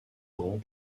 grand